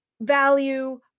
value